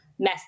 mess